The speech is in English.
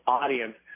audience